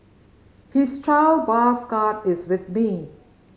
his child bus card is with me